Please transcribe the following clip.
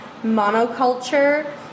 monoculture